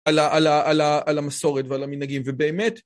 על המסורת ועל המנהגים, ובאמת,